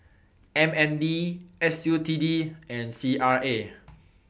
MND SUTD and CRA